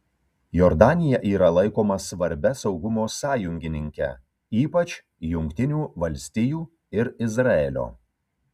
jordanija yra laikoma svarbia saugumo sąjungininke ypač jungtinių valstijų ir izraelio